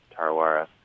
Tarawara